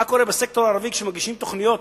מה קורה בסקטור הערבי כשמגישים תוכניות.